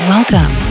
Welcome